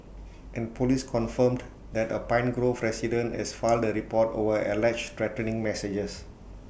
and Police confirmed that A pine grove resident has filed A report over alleged threatening messages